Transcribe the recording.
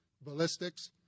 ballistics